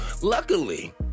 Luckily